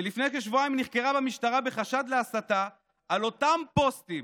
שלפני כשבועיים היא נחקרה במשטרה בחשד להסתה על אותם פוסטים,